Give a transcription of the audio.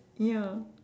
ya